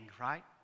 right